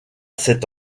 sept